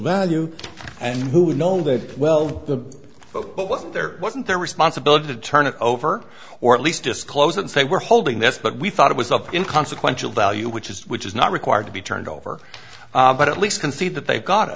value and who would know that well the vote but wasn't there wasn't their responsibility to turn it over or at least disclose that they were holding this but we thought it was up in consequential value which is which is not required to be turned over but at least concede that they got it